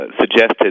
suggested